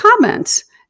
comments